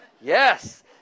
Yes